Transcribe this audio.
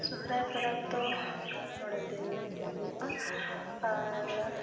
ᱥᱚᱦᱚᱨᱟᱭ ᱯᱚᱨᱚᱵᱽ ᱫᱚ ᱢᱚᱬᱮ ᱫᱤᱱ ᱦᱩᱭᱩᱜᱼᱟ ᱟᱨ